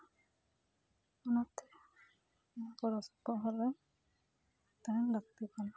ᱚᱱᱟᱛᱮ ᱱᱚᱣᱟ ᱜᱚᱲᱚ ᱥᱚᱯᱚᱦᱚᱫ ᱨᱮ ᱛᱟᱦᱮᱱ ᱞᱟᱹᱠᱛᱤ ᱠᱟᱱᱟ